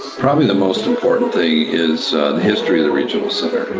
probably the most important thing is the history of the regional center.